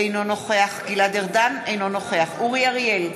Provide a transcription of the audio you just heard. אינו נוכח גלעד ארדן, אינו נוכח אורי אריאל,